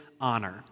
honor